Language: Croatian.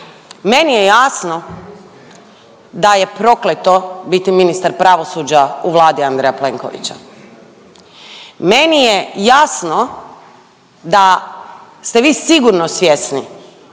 meni je jasno da je prokleto biti ministar pravosuđa u vladi Andreja Plenkovića. Meni je jasno da ste vi sigurno svjesni